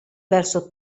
verso